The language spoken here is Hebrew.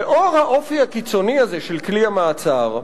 לנוכח האופי הקיצוני הזה של כלי המעצר,